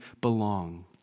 belong